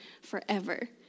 forever